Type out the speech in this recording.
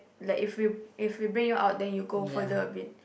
like if we if we bring you out then you go further a bit